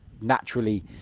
naturally